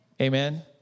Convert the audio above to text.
Amen